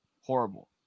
horrible